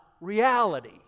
reality